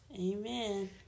Amen